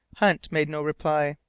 hunt made no reply.